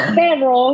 pero